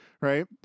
Right